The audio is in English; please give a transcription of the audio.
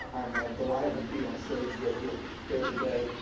um i'm ah delighted to be on stage with you here today.